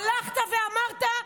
הלכת ואמרת: